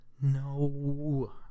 no